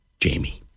Jamie